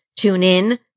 TuneIn